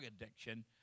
addiction